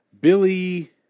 Billy